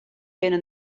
binne